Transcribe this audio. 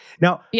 Now